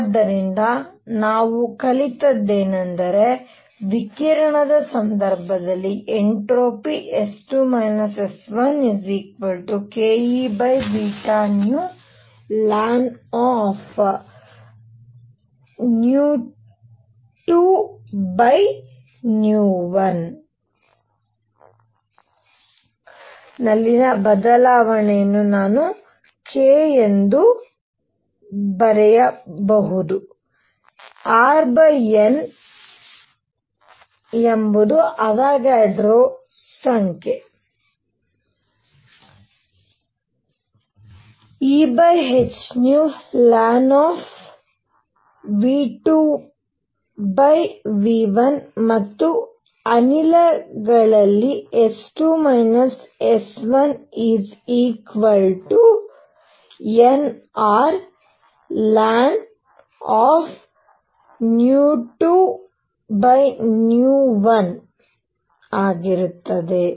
ಆದ್ದರಿಂದ ನಾವು ಕಲಿತದ್ದೇನೆಂದರೆ ವಿಕಿರಣದ ಸಂದರ್ಭದಲ್ಲಿ entropy S2 S1 kEβνln V2V1 ನಲ್ಲಿನ ಬದಲಾವಣೆಯು ನಾನು k ಎಂದು ಬರೆಯಬಲ್ಲದು Rnn ಎಂಬುದು ಅವೊಗಡ್ರೊ ಸಂಖ್ಯೆ Ehνln V2V1 ಮತ್ತು ಅನಿಲಗಳಲ್ಲಿ S2 S1nRln V2V1 ಆಗುತ್ತದೆ